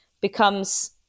becomes